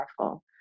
powerful